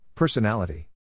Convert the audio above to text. Personality